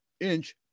inch